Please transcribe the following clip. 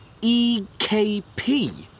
EKP